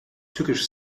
tückisch